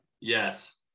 Yes